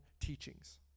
teachings